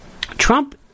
Trump